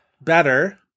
Better